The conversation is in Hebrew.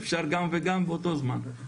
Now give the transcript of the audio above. אפשר גם וגם באותו זמן.